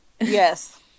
Yes